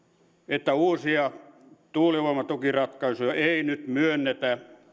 että uusia tuulivoimatukiratkaisuja ei ei nyt myönnetä